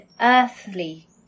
earthly